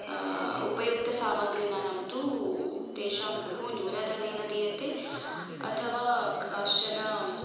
उपयुक्त सामग्रीनां तु तेषां बहु न्यूनधनेन दीयते अथवा काश्चन